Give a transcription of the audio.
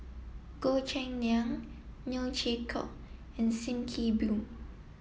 Goh Cheng Liang Neo Chwee Kok and Sim Kee Boon